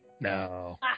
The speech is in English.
No